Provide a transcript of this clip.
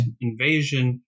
invasion